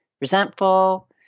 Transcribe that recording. resentful